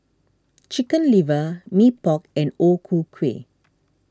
Chicken Liver Mee Pok and O Ku Kueh